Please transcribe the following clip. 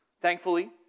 thankfully